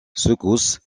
secousse